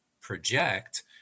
project